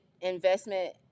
investment